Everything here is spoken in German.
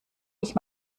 ich